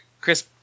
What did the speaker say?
Chris